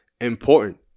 important